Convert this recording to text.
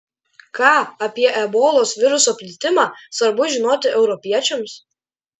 ką apie ebolos viruso plitimą svarbu žinoti europiečiams